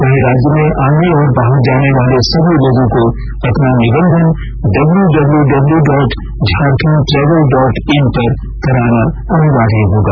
वहीं राज्य में आने और बाहर जाने वाले सभी लोगों को अपना निबंधन W W W dot Jharkhand travel dot in पर कराना अनिवार्य होगा